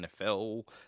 NFL